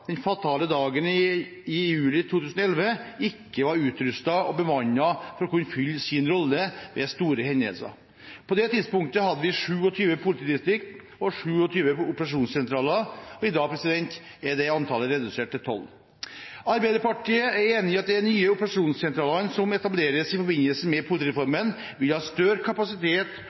den fatale dagen i juli 2011 ikke var utrustet og bemannet for å kunne fylle sin rolle ved store hendelser. På det tidspunktet hadde vi 27 politidistrikter og 27 operasjonssentraler, og i dag er det antallet redusert til 12. Arbeiderpartiet er enig i at de nye operasjonssentralene som etableres i forbindelse med politireformen, vil ha større kapasitet